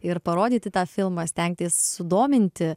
ir parodyti tą filmą stengtis sudominti